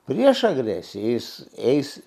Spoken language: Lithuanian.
priešo agresiją jis eis